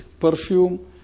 perfume